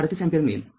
३८अँपिअर मिळेल